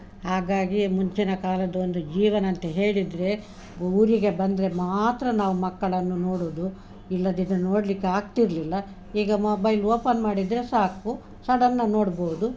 ಹಾಗಾಗಿ ಮುಂಚಿನ ಕಾಲದ್ದು ಒಂದು ಜೀವನ ಅಂತ ಹೇಳಿದರೆ ಊರಿಗೆ ಬಂದರೆ ಮಾತ್ರ ನಾವು ಮಕ್ಕಳನ್ನು ನೋಡೋದು ಇಲ್ಲದಿದ್ದರೆ ನೋಡಲಿಕ್ಕೆ ಆಗ್ತಿರ್ಲಿಲ್ಲ ಈಗ ಮೊಬೈಲ್ ಓಪನ್ ಮಾಡಿದರೆ ಸಾಕು ಸಡನ್ನ ನೋಡ್ಬೋದು